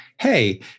hey